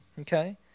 okay